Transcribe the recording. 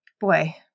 boy